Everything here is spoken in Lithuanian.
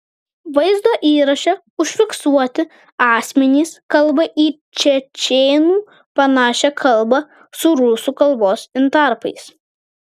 vaizdo įraše užfiksuoti asmenys kalba į čečėnų panašia kalba su rusų kalbos intarpais